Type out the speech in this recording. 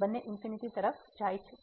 બંને ઇન્ફિનિટિ તરફ જાય છે